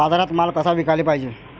बाजारात माल कसा विकाले पायजे?